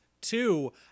Two